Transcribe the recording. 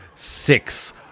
Six